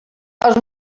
els